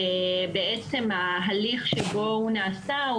בעצם ההליך שבו הוא נעשה,